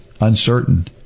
uncertain